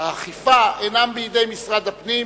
האכיפה אינם בידי משרד הפנים,